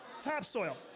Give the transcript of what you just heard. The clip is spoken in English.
topsoil